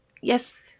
Yes